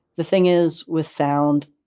the thing is, with sound,